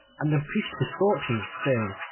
and the priest besought me, saying,